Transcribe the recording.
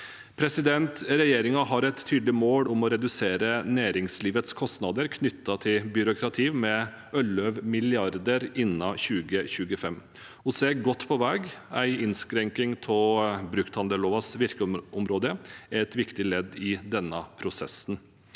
verdi. Regjeringen har et tydelig mål om å redusere næringslivets kostnader knyttet til byråkrati med 11 mrd. kr innen 2025. Vi er godt på vei. En innskrenking av brukthandellovens virkeområde er et viktig ledd i denne prosessen.